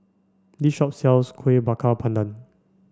this shop sells Kueh Bakar Pandan